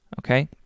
okay